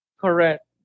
Correct